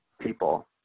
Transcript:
people